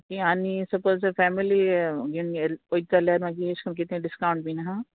okay आनी suppose family घेवन वोयत जाल्यार मागीर अेशकोन्न कितें डिस्कावंट बीन आहा